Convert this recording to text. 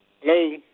Hello